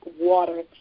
water